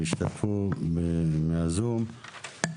וישתתפו מהזום.